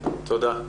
תודה.